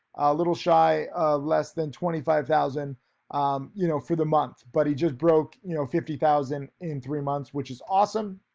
a little shy of less than twenty five thousand um you know, for the month but he just broke you know, fifty thousand in three months, which is awesome.